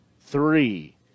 three